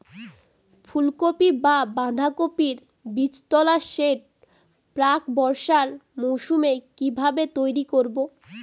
ফুলকপি বা বাঁধাকপির বীজতলার সেট প্রাক বর্ষার মৌসুমে কিভাবে তৈরি করব?